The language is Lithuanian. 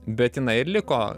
bet jinai ir liko